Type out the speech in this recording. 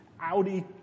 Audi